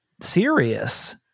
serious